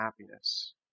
happiness